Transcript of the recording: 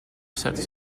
set